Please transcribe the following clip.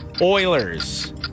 Oilers